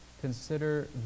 consider